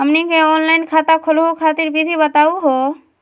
हमनी के ऑनलाइन खाता खोलहु खातिर विधि बताहु हो?